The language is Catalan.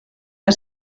que